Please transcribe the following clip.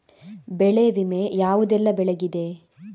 ಬೆಳೆ ವಿಮೆ ಯಾವುದೆಲ್ಲ ಬೆಳೆಗಿದೆ?